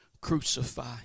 crucify